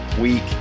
week